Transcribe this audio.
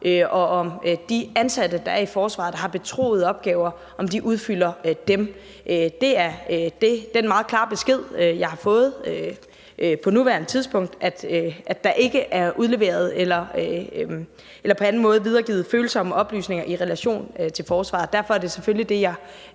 og om de ansatte, der er i forsvaret, der har betroede opgaver, udfylder dem. Det er den meget klare besked, jeg har fået på nuværende tidspunkt: at der ikke er udleveret eller på anden måde videregivet følsomme oplysninger i relation til forsvaret. Derfor er det selvfølgelig det, jeg